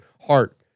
heart